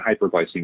hyperglycemia